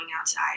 outside